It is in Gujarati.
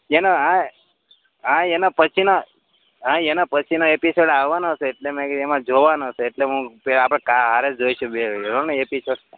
એના હા હા એના પછીના હા એના પછીના એપીસોડ આવવાના છે એટલે મેં કીધું એમાં જોવાના છે એટલે હું આપણે કાલે હારે જ જોઈશું બે વાગ્યે હોં ને એપીસોટ